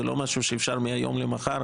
זה לא משהו שאפשר להציף מהיום למחר.